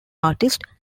artist